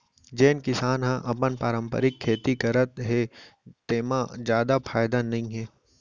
जेन किसान ह अपन पारंपरिक खेती करत हे तेमा जादा फायदा नइ हे